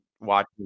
watching